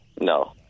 No